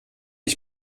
ich